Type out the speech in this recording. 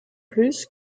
plus